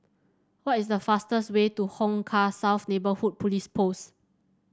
what is the fastest way to Hong Kah South Neighbourhood Police Post